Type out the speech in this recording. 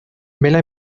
bella